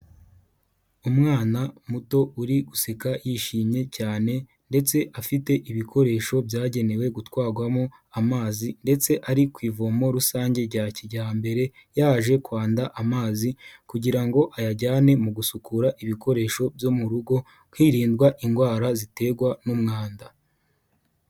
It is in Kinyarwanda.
Umwana muto uri guseka yishimye cyane ndetse afite ibikoresho byagenewe gutwarwamo amazi ndetse ari ku ivomo rusange rya kijyambere, yaje kwanda amazi kugira ngo ayajyane mu gusukura ibikoresho byo mu rugo hirindwa indwara ziterwa n'umwanda.